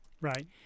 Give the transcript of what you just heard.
Right